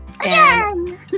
Again